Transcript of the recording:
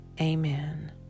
Amen